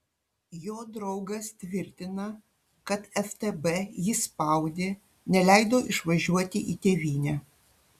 jo draugas tvirtina kad ftb jį spaudė neleido išvažiuoti į tėvynę